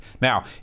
Now